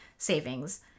Savings